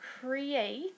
create